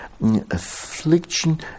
affliction